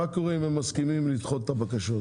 מה קורה אם הם מסכימים לדחות את הבקשות?